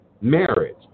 marriage